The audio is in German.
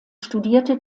studierte